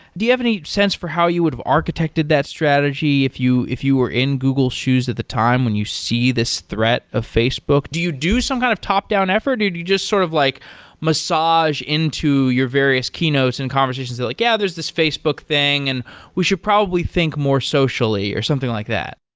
do you have any sense for how you would have architected that strategy if you if you were in google's shoes at the time when you see this threat of facebook? do you do some kind of top-down effort, or do you just sort of like massage into your various key notes and conversations you're like, yeah, there's this facebook thing. and we should probably think more socially or something like that.